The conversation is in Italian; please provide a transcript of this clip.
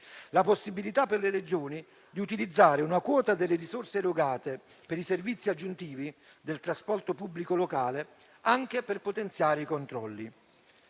alla possibilità per le Regioni di utilizzare una quota delle risorse erogate per i servizi aggiuntivi del trasporto pubblico locale anche per potenziare i controlli.